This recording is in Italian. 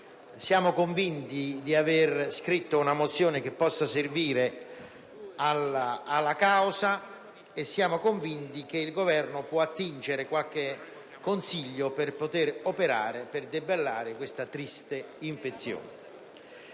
siamo convinti di avere scritto una mozione che possa servire alla causa e siamo convinti che il Governo possa attingere qualche consiglio per poter operare al fine di debellare questa triste infezione.